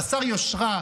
חסר יושרה,